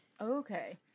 Okay